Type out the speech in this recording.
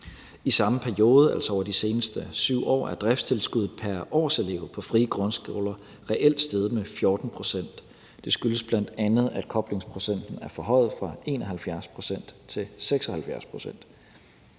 I samme periode, altså over de seneste 7 år, er driftstilskuddet pr. årselev på frie grundskoler reelt steget med 14 pct. Det skyldes bl.a., at koblingsprocenten er forhøjet fra 71 pct. til 76 pct.